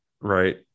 Right